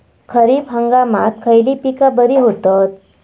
खरीप हंगामात खयली पीका बरी होतत?